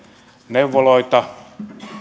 neuvoloita